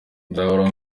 nzahora